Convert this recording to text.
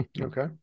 Okay